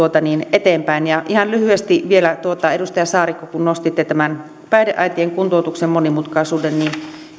eteenpäin ihan lyhyesti vielä kun edustaja saarikko nostitte tämän päihdeäitien kuntoutuksen monimutkaisuuden